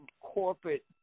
corporate